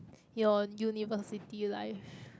your university life